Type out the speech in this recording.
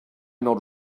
not